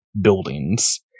buildings